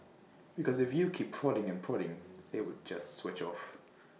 because if you keep prodding and prodding they will just switch off